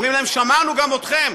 אומרים להם: שמענו גם אתכם,